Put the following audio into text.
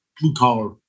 blue-collar